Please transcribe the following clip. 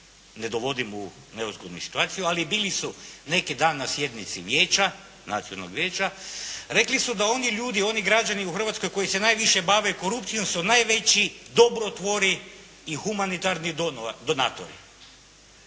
ne dovodim u …/Govornik se ne razumije./…, ali bili su neki dan na sjednici vijeća, nacionalnog vijeća, rekli su da oni ljudi, oni građani u Hrvatskoj koji se najviše bave korupcijom su najveći dobrotvori i humanitarni donatori